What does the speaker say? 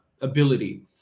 ability